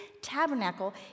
tabernacle